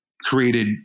created